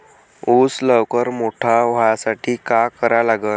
ऊस लवकर मोठा व्हासाठी का करा लागन?